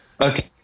Okay